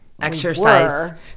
Exercise